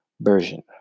version